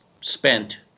spent